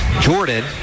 Jordan